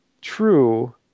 True